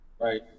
Right